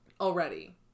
already